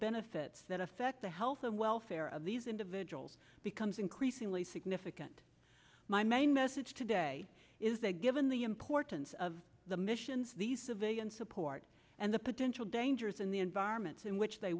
benefits that affect the health and welfare of these individuals becomes increasingly significant my main message today is that given the importance of the missions these civilian support and the potential dangers and the environments in which they